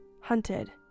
hunted